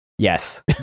Yes